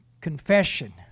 Confession